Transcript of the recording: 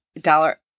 dollar